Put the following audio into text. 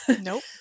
Nope